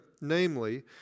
namely